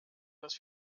was